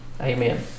Amen